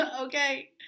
okay